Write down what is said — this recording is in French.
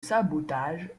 sabotage